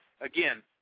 Again